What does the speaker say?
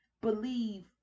believe